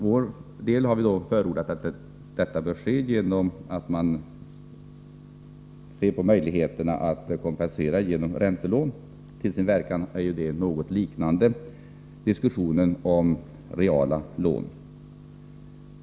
Vi har förordat att man ser på möjligheterna att kompensera genom räntelån. Till sin verkan är detta något som liknar de reala lån som har diskuterats.